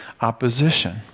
opposition